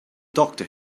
doctor